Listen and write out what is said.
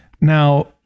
now